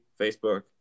Facebook